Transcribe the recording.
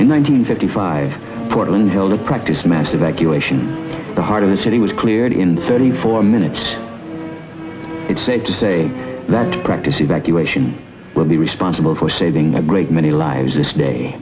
hundred fifty five portland go to practice mass evacuation the heart of the city was cleared in thirty four minutes it's safe to say that practice evacuation will be responsible for saving a great many lives this day